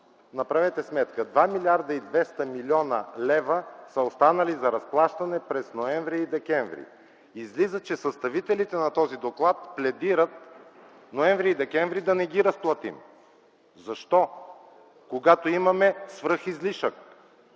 Направете сметка! Два милиарда и 200 милиона лева са останали за разплащане през м. ноември и м. декември. Излиза, че съставителите на този доклад пледират ноември и декември да не ги разплатим. Защо, когато имаме свръхизлишък?